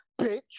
bitch